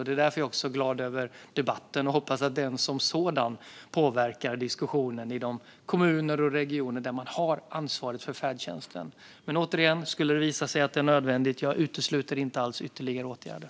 Därför är jag också glad över debatten och hoppas att den som sådan påverkar diskussionen i kommuner och regioner, där man har ansvaret för färdtjänsten. Men återigen - skulle det visa sig nödvändigt utesluter jag inte alls ytterligare åtgärder.